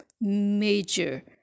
major